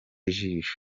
ijisho